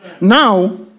now